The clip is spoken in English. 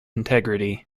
integrity